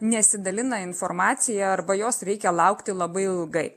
nesidalina informacija arba jos reikia laukti labai ilgai